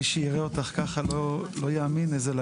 חבריי,